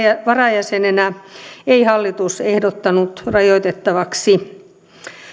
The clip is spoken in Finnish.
varajäsenenä ei hallitus ehdottanut rajoitettavaksi